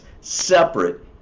separate